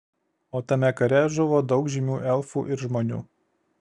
o tame kare žuvo daug žymių elfų ir žmonių